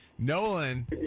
Nolan